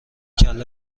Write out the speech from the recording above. کله